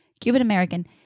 Cuban-American